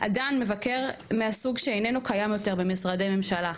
אדן מבקר מהסוג שאיננו קיים יותר במשרדי ממשלה,